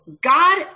God